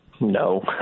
No